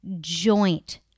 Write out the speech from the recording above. joint